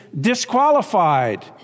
disqualified